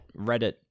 reddit